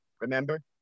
Remember